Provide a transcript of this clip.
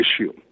issue